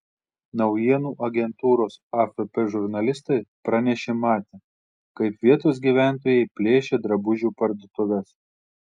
naujienų agentūros afp žurnalistai pranešė matę kaip vietos gyventojai plėšia drabužių parduotuves